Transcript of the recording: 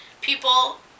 People